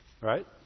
Right